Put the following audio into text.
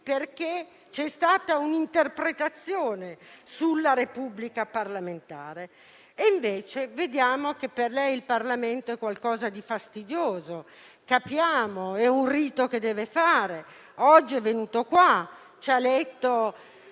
perché c'è stata un'interpretazione sulla Repubblica parlamentare. Invece vediamo che per lei il Parlamento è qualcosa di fastidioso. Capiamo, è un rito che deve fare; oggi è venuto qui e ci ha letto